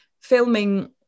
filming